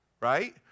right